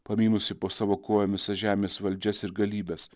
pamynusį po savo kojomis žemės valdžias ir galybes